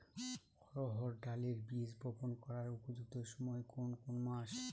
অড়হড় ডালের বীজ বপন করার উপযুক্ত সময় কোন কোন মাস?